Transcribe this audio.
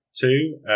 two